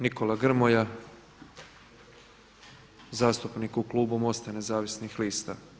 Nikola Grmoja, zastupnik u klubu MOST-a Nezavisnih lista.